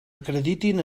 acreditin